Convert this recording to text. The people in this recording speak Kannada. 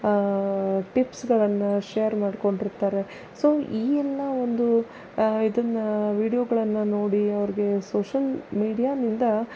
ಟಿಪ್ಸ್ಗಳನ್ನು ಶೇರ್ ಮಾಡಿಕೊಂಡಿರ್ತಾರೆ ಸೊ ಈ ಎಲ್ಲ ಒಂದು ಇದನ್ನು ವಿಡಿಯೋಗಳನ್ನು ನೋಡಿ ಅವರಿಗೆ ಸೋಷಿಯಲ್ ಮೀಡಿಯಾನಿಂದ